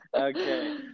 okay